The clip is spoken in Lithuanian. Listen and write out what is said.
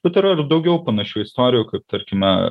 bet yra ir daugiau panašių istorijų kaip tarkime